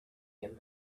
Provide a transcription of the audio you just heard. him